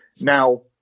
Now